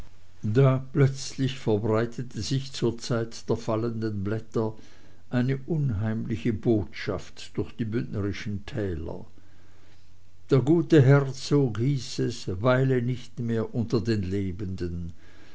da plötzlich verbreitete sich zur zeit der fallenden blätter eine unheimliche botschaft durch die bündnerischen täler der gute herzog hieß es weile nicht mehr unter den lebenden